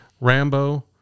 rambo